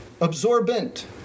absorbent